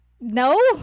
no